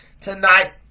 tonight